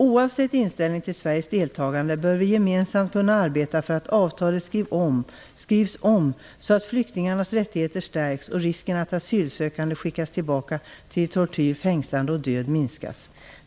Oavsett inställning till Sveriges deltagande bör vi gemensamt kunna arbeta för att avtalet skrivs om så att flyktingarnas rättigheter stärks och risken att asylsökande skickas tillbaka till tortyr, fängslande och död minskas.